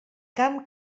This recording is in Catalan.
camp